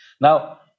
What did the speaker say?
Now